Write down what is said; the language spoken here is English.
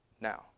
Now